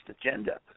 agenda